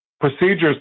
procedures